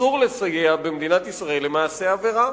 במדינת ישראל אסור לסייע למעשה עבירה,